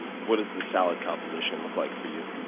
what does the salad composition look like for you?